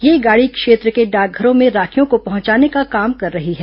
यह गाड़ी क्षेत्र के डाकघरों में राखियों को पहुंचाने का काम कर रही है